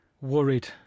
worried